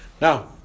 Now